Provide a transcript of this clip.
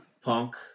Punk